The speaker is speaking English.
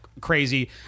Crazy